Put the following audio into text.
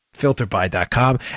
filterby.com